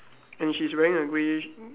and she's wearing a greyish